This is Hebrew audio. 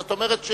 זאת אומרת,